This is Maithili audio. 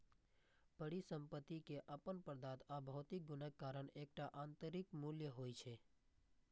परिसंपत्ति के अपन पदार्थ आ भौतिक गुणक कारण एकटा आंतरिक मूल्य होइ छै